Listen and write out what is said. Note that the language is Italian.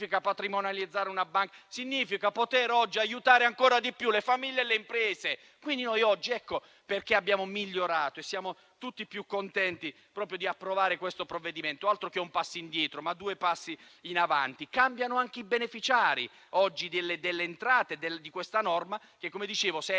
patrimonializzare una banca? Significa poter aiutare ancora di più le famiglie e le imprese. Ecco perché abbiamo migliorato e siamo tutti più contenti di approvare questo provvedimento. Altro che un passo indietro: due passi in avanti. Cambiano inoltre i beneficiari delle entrate della norma, che - come dicevo -